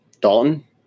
Dalton